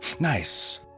Nice